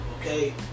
okay